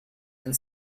and